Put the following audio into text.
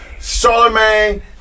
Charlemagne